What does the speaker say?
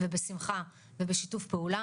בשמחה ובשיתוף פעולה.